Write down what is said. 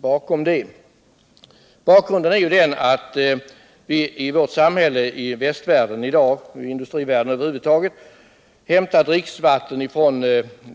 Bakgrunden till mitt förslag är ju att vi i vårt samhälle, och det gäller f. ö. västvärlden och industrivärlden över huvud taget, hämtar dricksvatten från